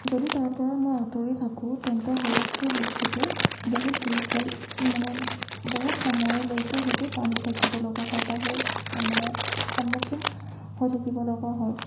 যদি তাৰপৰা মই আঁতৰি থাকোঁ তেন্তে হ'লে সেই বস্তুটো বহুত দীঘল মানে বহুত সময়লৈকে সেইটো টানি থাকিবলগা হয় বা সেই মানে সন্মুখীন হৈ থাকিবলগা হয়